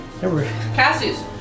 Cassie's